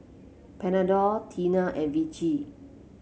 Panadol Tena and Vichy